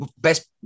best